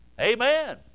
Amen